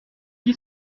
qui